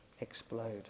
explode